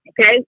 okay